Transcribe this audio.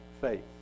faith